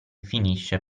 finisce